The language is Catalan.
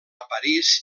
parís